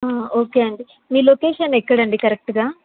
okay అండి మీ location ఎక్కడ అండి కరెక్ట్గా